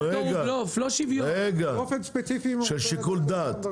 לאי-שוויון, לשיקול דעת.